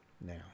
Now